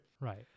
Right